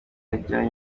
yageneye